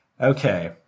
Okay